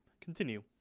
Continue